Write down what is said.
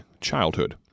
childhood